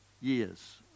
years